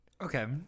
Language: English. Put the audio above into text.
Okay